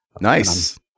Nice